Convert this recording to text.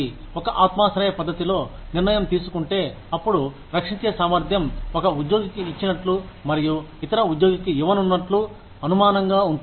ఒక ఆత్మాశ్రయ పద్ధతిలో నిర్ణయం తీసుకుంటే అప్పుడు రక్షించే సామర్థ్యం ఒక ఉద్యోగికి ఇచ్చినట్టు మరియు ఇతర ఉద్యోగికి ఇవ్వనున్నట్టు అనుమానంగా ఉంటుంది